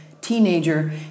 teenager